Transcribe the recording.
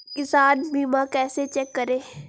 किसान बीमा कैसे चेक करें?